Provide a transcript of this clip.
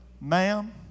ma'am